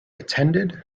attended